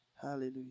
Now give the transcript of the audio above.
Hallelujah